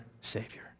savior